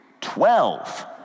twelve